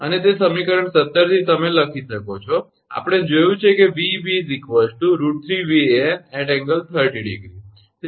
તમે તે સમીકરણ 17 થી લખી શકો છો આપણે જોયું છે તે 𝑉𝑎𝑏√3𝑉𝑎𝑛∠30° છે